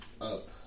up